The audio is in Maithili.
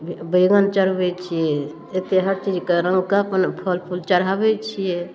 बैगन चढ़बै छियै एते हर चीज कऽ रङ्गके अपन फल फूल चढ़ाबै छियै